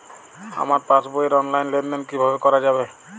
আমার পাসবই র অনলাইন লেনদেন কিভাবে করা যাবে?